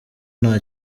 nta